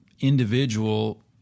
individual